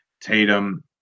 tatum